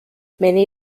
many